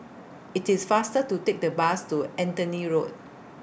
IT IS faster to Take The Bus to Anthony Road